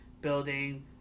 building